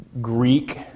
Greek